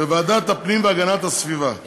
בוועדת הפנים והגנת הסביבה,